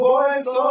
Voice